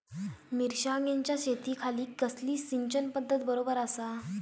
मिर्षागेंच्या शेतीखाती कसली सिंचन पध्दत बरोबर आसा?